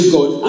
God